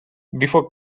before